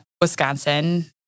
Wisconsin